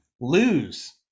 lose